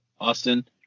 Austin